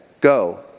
go